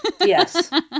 Yes